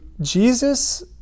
Jesus